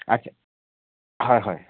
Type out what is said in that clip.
আচ্ছা হয় হয়